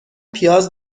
پیاز